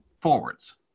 forwards